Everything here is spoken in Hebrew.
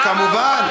וכמובן,